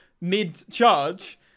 mid-charge